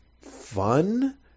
fun